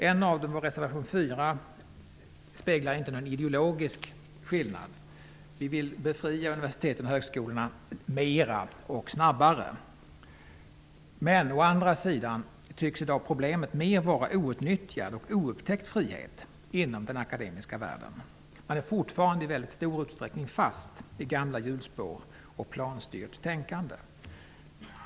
En av dem, reservation 4, speglar inte någon ideologisk skillnad. Vi vill befria universiteten och högskolorna mera och snabbare. Men å andra sidan tycks problemet i dag mer vara outnyttjad och oupptäckt frihet inom den akademiska världen. Man är fortfarande i väldigt stor utsträckning fast i gamla hjulspår och planstyrt tänkande.